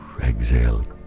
exhale